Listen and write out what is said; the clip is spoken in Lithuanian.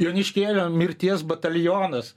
joniškėlio mirties batalionas